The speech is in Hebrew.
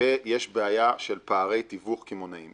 ויש בעיה של פערי תיווך קמעונאים.